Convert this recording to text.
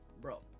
Bro